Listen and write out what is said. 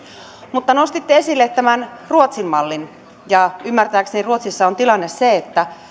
mutta nostitte esille tämän ruotsin mallin ymmärtääkseni ruotsissa on tilanne se että